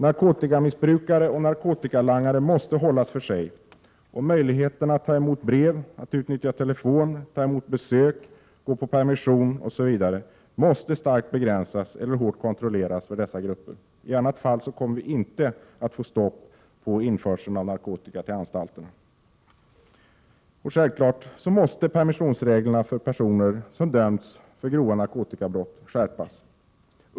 Narkotikamissbrukare och narkotikalangare måste hållas för sig, och möjligheterna att ta emot brev, att utnyttja telefon, att ta emot besök, att få permission m.m. måste starkt begränsas eller hårt kontrolleras för dessa grupper. I annat fall kommer vi inte att få stopp på införseln av narkotika till anstalterna. Självfallet måste även permissionsreglerna för personer som dömts för grova narkotikabrott skärpas.